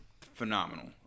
phenomenal